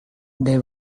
they